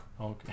Okay